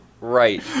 right